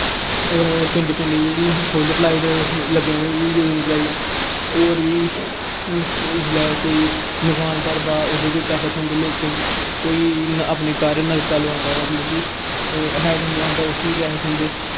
होर पिंड पिंड जेह्ड़े असें जेह्ड़े सोल्लर लेई ओड़े ते लग्गने बा हैन होर बी जिल्लै कोई मकान परदा ओह्दे बी पैसे थ्होंदे लोकेंई कोई अपने घर नलका लोआंदा मतलव की हैड़पम्प लोआंदा उसी बी पैसे थ्होंदे